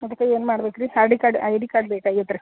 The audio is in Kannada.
ಅದಕ್ಕೆ ಏನು ಮಾಡ್ಬೇಕು ರೀ ಹಾರ್ಡಿ ಕಾರ್ಡ್ ಐ ಡಿ ಕಾರ್ಡ್ ಬೇಕಾಗಿತ್ತು ರೀ